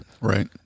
right